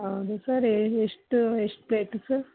ಹೌದಾ ಸರ್ ಎಷ್ಟು ಎಷ್ಟು ಬೇಕು ಸರ್